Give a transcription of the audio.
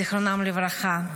זיכרונם לברכה.